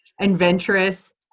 adventurous